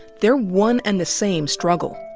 they're one and the same struggle.